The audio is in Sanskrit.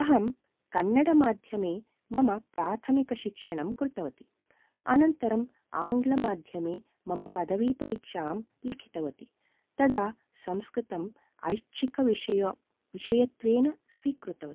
अहं कन्नडमाध्यमे मम प्राथमिकशिक्षणं कृतवती अनन्तरम् आङ्ग्लमाध्यमे मम पदवीपरीक्षां लिखितवती तदा संस्कृतम् ऐच्छिकविषय् विषयत्वेन स्वीकृतवती